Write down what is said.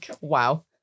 wow